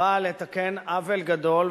באה לתקן עוול גדול,